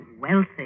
wealthy